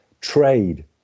Trade